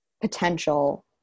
potential